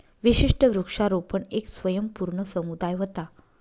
विशिष्ट वृक्षारोपण येक स्वयंपूर्ण समुदाय व्हता